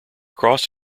cross